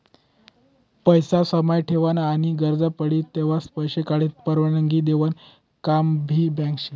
पैसा समाई ठेवानं आनी गरज पडी तव्हय पैसा काढानी परवानगी देवानं काम भी बँक शे